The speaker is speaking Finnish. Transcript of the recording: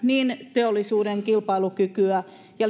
teollisuuden kilpailukykyä ja